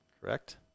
correct